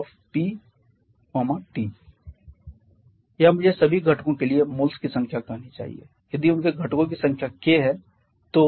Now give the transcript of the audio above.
GfPT या मुझे सभी घटकों के लिए मोल्स की संख्या कहनी चाहिए यदि उनके घटकों की संख्या k है तो